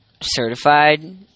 certified